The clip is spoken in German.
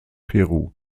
peru